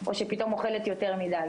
או שפתאום אוכלת יותר מידי,